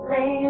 Lay